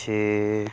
ਛੇ